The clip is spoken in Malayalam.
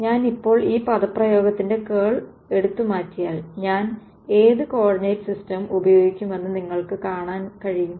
ഞാൻ ഇപ്പോൾ ഈ പദപ്രയോഗത്തിന്റെ കേൾ എടുത്തുമാറ്റിയാൽ ഞാൻ ഏത് കോർഡിനേറ്റ് സിസ്റ്റം ഉപയോഗിക്കുമെന്ന് നിങ്ങൾക്ക് കാണാൻ കഴിയും